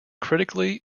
critically